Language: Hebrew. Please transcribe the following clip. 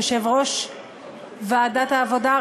יושב-ראש ועדת העבודה,